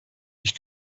ich